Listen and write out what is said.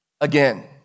again